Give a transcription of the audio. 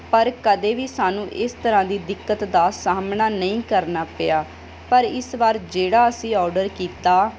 ਪਰ ਕਦੇ ਵੀ ਸਾਨੂੰ ਇਸ ਤਰ੍ਹਾਂ ਦੀ ਦਿੱਕਤ ਦਾ ਸਾਹਮਣਾ ਨਹੀਂ ਕਰਨਾ ਪਿਆ ਪਰ ਇਸ ਵਾਰ ਜਿਹੜਾ ਅਸੀਂ ਓਡਰ ਕੀਤਾ